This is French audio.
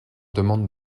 demande